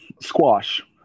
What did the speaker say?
squash